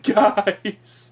guys